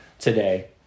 Today